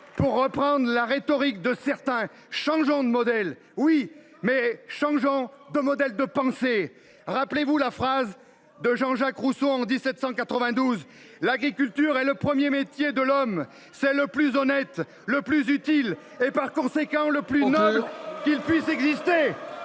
pour reprendre la rhétorique de certains, changeons de modèle ! Oui, mais changeons de modèle de pensée ! Rappelez vous la phrase de Jean Jacques Rousseau :« L’agriculture est le premier métier de l’homme : c’est le plus honnête, le plus utile et, par conséquent, le plus noble qu’il puisse exercer.